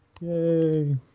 Yay